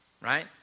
Right